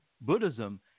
Buddhism